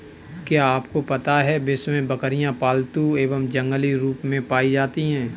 क्या आपको पता है विश्व में बकरियाँ पालतू व जंगली रूप में पाई जाती हैं?